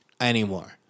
anymore